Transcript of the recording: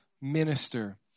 minister